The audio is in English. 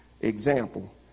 Example